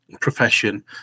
profession